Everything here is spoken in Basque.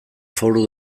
foru